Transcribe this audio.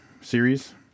series